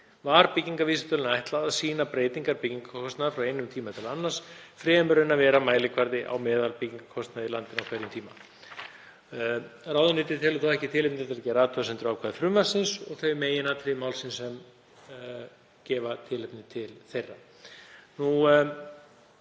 var byggingarvísitölunni ætlað að sýna breytingar byggingarkostnaðar frá einum tíma til annars fremur en að vera mælikvarði á meðalbyggingarkostnaði í landinu á hverjum tíma.“ Ráðuneytið telur þó ekki tilefni til að gera athugasemdir við ákvæði frumvarpsins og þau meginatriði málsins sem gefa tilefni til þeirra.